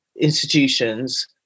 institutions